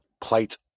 plate